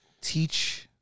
teach